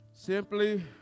Simply